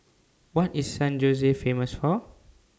What IS San Jose Famous For